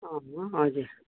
अँ हजुर